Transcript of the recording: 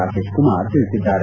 ರಾಕೇಶ್ ಕುಮಾರ್ ತಿಳಿಸಿದ್ದಾರೆ